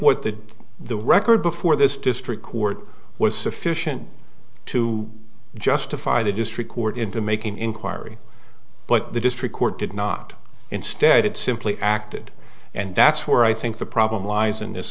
what the the record before this district court was sufficient to justify the district court into making inquiry but the district court did not instead it simply acted and that's where i think the problem lies in this